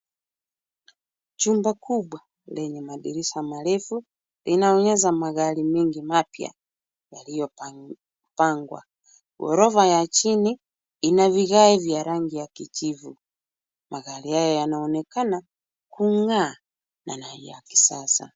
Chumba kubwa lenye madirisha marefu, linaonyesha magari mingi mapya aliyopangwa, ghorofa ya chini ina vigae vya rangi ya kijivu, magari haya yanaonekana kung'aa na ni ya kisasa.